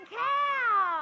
cow